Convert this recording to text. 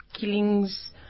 Killings